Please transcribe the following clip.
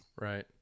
right